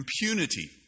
Impunity